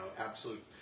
absolute